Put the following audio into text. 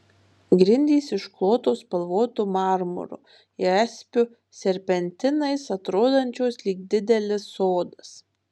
grindys išklotos spalvotu marmuru jaspiu serpentinais atrodančios lyg didelis sodas